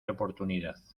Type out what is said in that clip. oportunidad